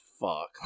fuck